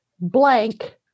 blank